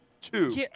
Two